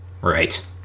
Right